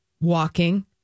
walking